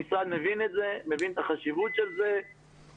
המשרד מבין את זה ואת החשיבות של זה ולכן